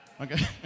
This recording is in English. Okay